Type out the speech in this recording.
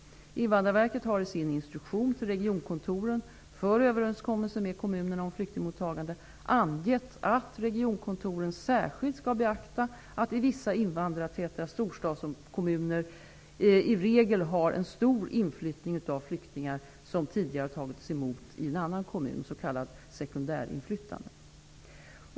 Invandrarverket har i sin instruktion till regionkontoren för överenskommelser med kommunerna om flyktingmottagande angett att regionkontoren särskilt skall beakta att vissa invandrartäta storstadskommuner i regel har en stor inflyttning av flyktingar som tidigare tagits emot i en annan kommun, s.k. sekundärinflyttande.